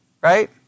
right